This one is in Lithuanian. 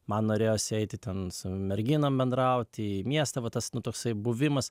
man norėjosi eiti ten su merginom bendrauti į miestą va tas nu toksai buvimas